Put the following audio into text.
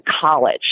college